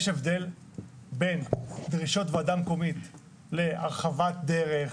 יש הבדל בין דרישות ועדה מקומית להרחבת דרך,